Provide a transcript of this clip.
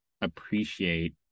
appreciate